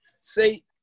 say –